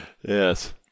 Yes